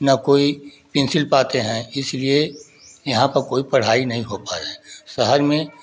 ना कोई पिनसील पाते हैं इसीलिए यहाँ पर कोई पढ़ाई नहीं हो पाया है बाहर में